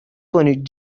کنید